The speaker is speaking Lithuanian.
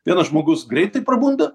vienas žmogus greitai prabunda